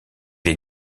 est